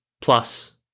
plus